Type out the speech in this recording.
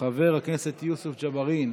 חבר הכנסת יוסף ג'בארין,